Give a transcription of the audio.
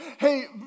hey